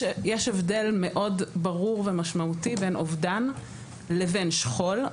יש הבדל מאוד ברור ומשמעותי בין אובדן לבין שכול,